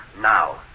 now